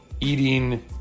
eating